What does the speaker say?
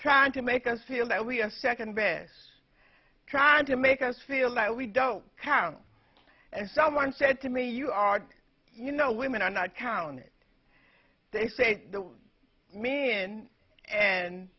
trying to make us feel that we are second best trying to make us feel that we don't count and someone said to me you are you know women are not counted they say the men and